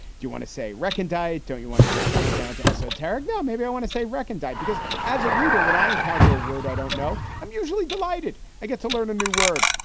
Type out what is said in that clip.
do you want to say recondite? don't you want to just tone it down to esoteric? no. maybe i want to say recondite, because as a reader, when i encounter a word, i don't know. know. i'm usually delighted. i get to learn a new word.